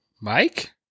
Mike